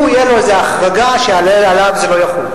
תהיה איזו החרגה שעליו זה לא יחול.